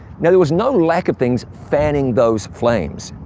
now, there was no lack of things fanning those flames.